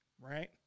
right